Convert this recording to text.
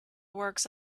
works